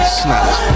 snaps